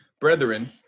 brethren